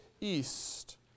east